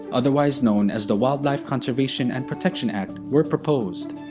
otherwise known as the wildlife conservation and protection act, were proposed.